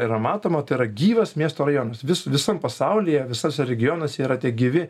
yra matoma tai yra gyvas miesto rajonas vis visam pasaulyje visuose regionuose yra tie gyvi